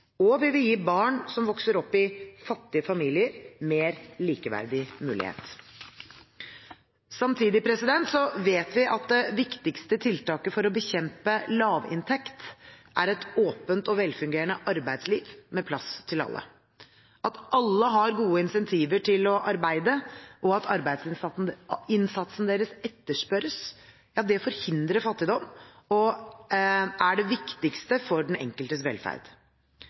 og vi vil gi barn som vokser opp i fattige familier, mer likeverdige muligheter. Samtidig vet vi at det viktigste tiltaket for å bekjempe lavinntekt er et åpent og velfungerende arbeidsliv med plass til alle. At alle har gode incentiver til å arbeide, og at arbeidsinnsatsen deres etterspørres, ja, det forhindrer fattigdom og er det viktigste for den enkeltes velferd.